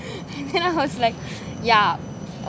and I was like yeah